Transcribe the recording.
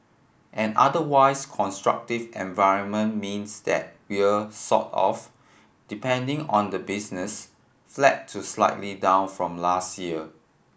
an otherwise constructive environment means that we're sort of depending on the business flat to slightly down from last year